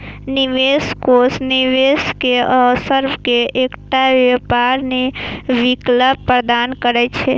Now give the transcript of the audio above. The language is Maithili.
निवेश कोष निवेश केर अवसर के एकटा व्यापक विकल्प प्रदान करै छै